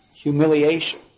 humiliation